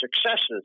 successes